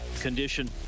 condition